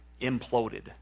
imploded